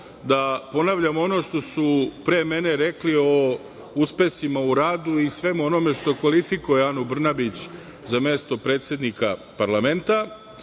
da ponavljam ono što su pre mene rekli o uspesima u radu i svemu onome što kvalifikuje Anu Brnabić za mesto predsednika parlamenta,